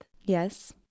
Yes